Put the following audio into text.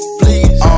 please